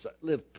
Live